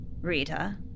Rita